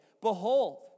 behold